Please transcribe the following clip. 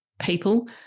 people